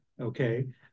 okay